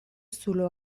zulo